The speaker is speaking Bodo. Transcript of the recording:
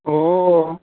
अह